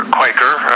Quaker